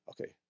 Okay